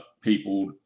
people